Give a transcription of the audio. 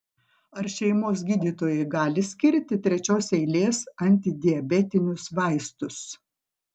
ar šeimos gydytojai gali skirti trečios eilės antidiabetinius vaistus